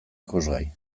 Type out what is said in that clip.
ikusgai